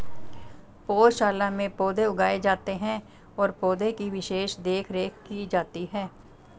पौधशाला में पौधे उगाए जाते हैं और पौधे की विशेष देखरेख की जाती है